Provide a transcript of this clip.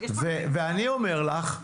אני אומר לך,